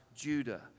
Judah